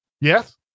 Yes